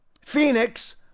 Phoenix